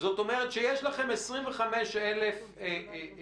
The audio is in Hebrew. זאת אומרת שיש לכם 25 אלף שיחות